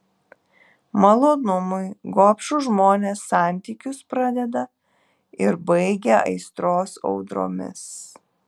malonumui gobšūs žmonės santykius pradeda ir baigia aistros audromis